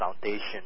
foundation